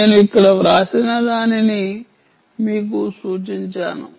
నేను ఇక్కడ వ్రాసినదానినీ ని మీకు సూచించాను